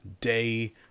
day